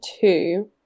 two